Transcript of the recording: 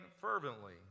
fervently